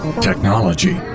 Technology